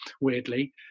weirdly